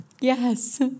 Yes